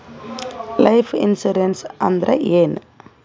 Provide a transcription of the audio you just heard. Life insurance ಅಂದ್ರ ಏನ?